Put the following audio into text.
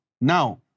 Now